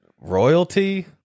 royalty